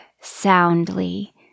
soundly